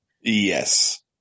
Yes